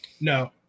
No